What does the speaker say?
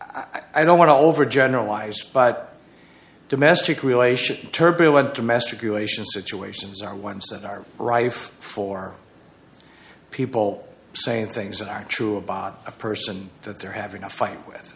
i don't want to overgeneralize but domestic relations turby what domestic relations situations are ones that are rife for people saying things that aren't true about a person that they're having a fight with